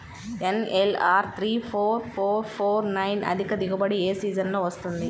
NLR three four four four nine అధిక దిగుబడి ఏ సీజన్లలో వస్తుంది?